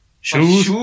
Shoes